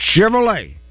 Chevrolet